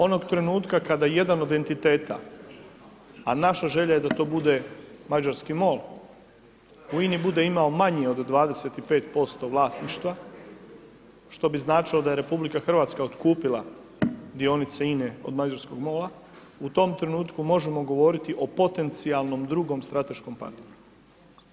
Onog trenutka kada jedan od entiteta, a naša želja je da to bude mađarski MOL u INI bude imao manji od 25% vlasništva što bi značilo da je RH otkupila dionice INE od mađarskog MOL-a u tom trenutku možemo govoriti o potencijalnom drugom strateškom partneru.